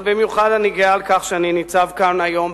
אבל במיוחד אני גאה על כך שאני ניצב כאן היום,